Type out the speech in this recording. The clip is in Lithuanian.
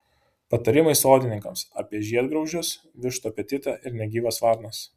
patarimai sodininkams apie žiedgraužius vištų apetitą ir negyvas varnas